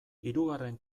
hirugarren